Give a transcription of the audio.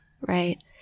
right